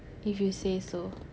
if you say so